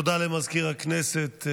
תודה למזכיר הכנסת.